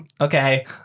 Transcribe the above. Okay